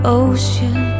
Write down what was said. ocean